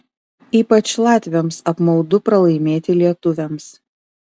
ypač latviams apmaudu pralaimėti lietuviams